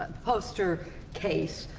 ah poster case,